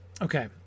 Okay